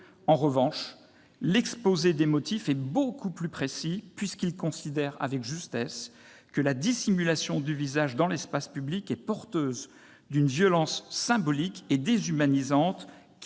En revanche, l'exposé des motifs est beaucoup plus précis puisqu'il considère, avec justesse, que « la dissimulation du visage dans l'espace public est porteuse d'une violence symbolique et déshumanisante,